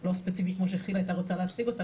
לא ספציפי כמו שכיל הייתה רוצה להציג אותו,